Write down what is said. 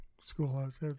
Schoolhouse